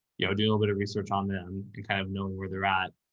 you know, do a little bit of research on them to kind of knowing where they're at.